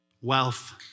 Wealth